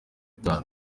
itanu